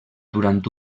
durant